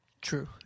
True